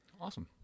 Awesome